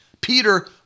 Peter